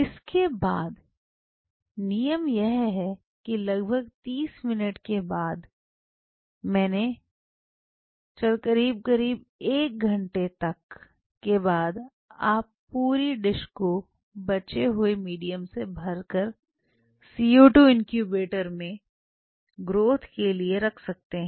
इसके बाद नियम यह है कि लगभग 30 मिनट के बाद मैंने चल करीब करीब 1 घंटे तक के बाद आप पूरी डिश को बचे हुए मीडियम से भरकर CO2 इनक्यूबेटर में ग्रोथ के लिए रख सकते हैं